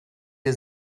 der